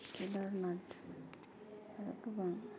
केदारनाथ आरो गोबां